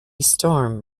storm